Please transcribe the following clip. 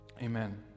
Amen